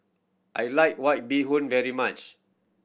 I like White Bee Hoon very much